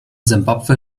simbabwe